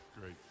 Great